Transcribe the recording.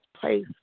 place